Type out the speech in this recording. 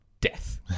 Death